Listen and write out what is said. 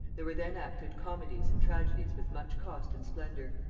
there were then acted comedies and tragedies with much cost and splendor.